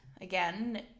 again